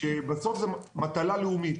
בסוף זו מטלה לאומית.